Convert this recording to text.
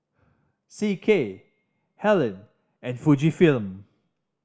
C K Helen and Fujifilm